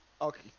Okay